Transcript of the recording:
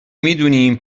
میدونیم